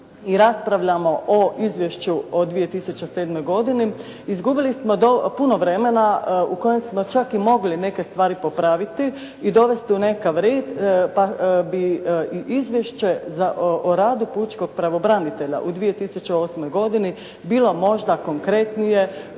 i raspravljamo o izvješću od 2007. godini, izgubili smo puno vremena u kojem smo čak i mogli neke stvari popraviti i dovesti u nekakav red, pa bi i izvješće o radu pučkog pravobranitelja u 2008. godini bila možda konkretnije,